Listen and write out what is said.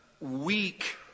weak